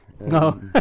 No